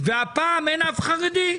והפעם אין אף חרדי.